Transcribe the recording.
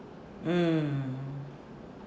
mm